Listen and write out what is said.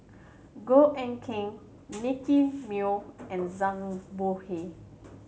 Goh Eck Kheng Nicky Moey and Zhang Bohe